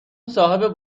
صاحب